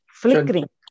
flickering।